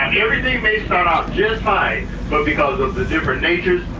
and everything may start out just fine but because of the different natures,